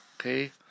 Okay